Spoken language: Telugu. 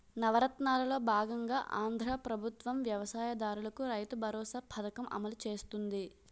నవరత్నాలలో బాగంగా ఆంధ్రా ప్రభుత్వం వ్యవసాయ దారులకు రైతుబరోసా పథకం అమలు చేస్తుంది